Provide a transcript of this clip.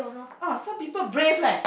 ah some people brave leh